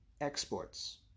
exports